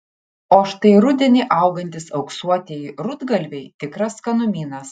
o štai rudenį augantys auksuotieji rudgalviai tikras skanumynas